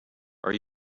are